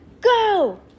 go